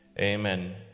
Amen